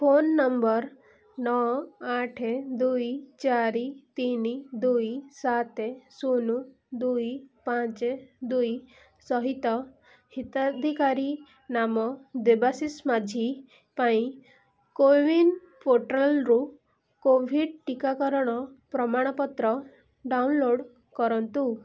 phone number ନଅ ଆଠ ଦୁଇ ଚାରି ତିନି ଦୁଇ ସାତ ଶୂନ ଦୁଇ ପାଞ୍ଚ ଦୁଇ ସହିତ ହିତାଧିକାରୀ ନାମ ଦେବାଶିଷ ମାଝୀ ପାଇଁ କୋୱିନ୍ ପୋର୍ଟାଲ୍ରୁ କୋଭିଡ଼୍ ଟିକାକରଣ ପ୍ରମାଣପତ୍ର ଡାଉନଲୋଡ଼୍ କରନ୍ତୁ